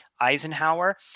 Eisenhower